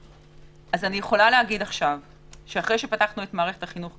אחרי שפתחנו את מערכת החינוך,